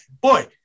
Boy